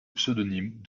pseudonyme